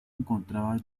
encontraban